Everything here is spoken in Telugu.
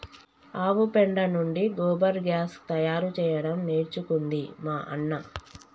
ఆవు పెండ నుండి గోబర్ గ్యాస్ తయారు చేయడం నేర్చుకుంది మా అన్న